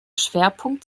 schwerpunkt